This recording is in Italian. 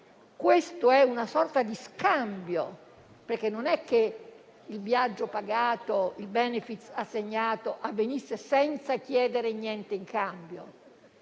questo è una sorta di scambio, perché non è che il viaggio pagato o il *benefit* assegnato avvenissero senza chiedere niente in cambio.